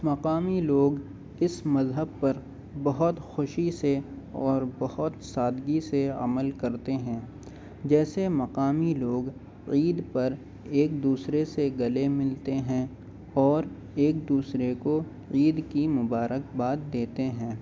مقامی لوگ اس مذہب پر بہت خوشی سے اور بہت سادگی سے عمل کرتے ہیں جیسے مقامی لوگ عید پر ایک دوسرے سے گلے ملتے ہیں اور ایک دوسرے کو عید کی مبارک باد دیتے ہیں